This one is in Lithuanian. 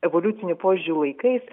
evoliuciniu požiūriu laikais